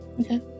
Okay